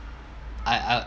I I